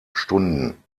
stunden